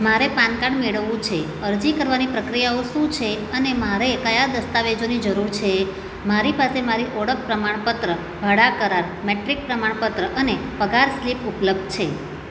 મારે PAN card મેળવવું છે અરજી કરવાની પ્રક્રિયાઓ શું છે અને મારે કયા દસ્તાવેજોની જરૂર છે મારી પાસે મારી ઓળખ પ્રમાણપત્ર ભાડા કરાર મેટ્રિક પ્રમાણપત્ર અને પગાર સ્લિપ ઉપલબ્ધ છે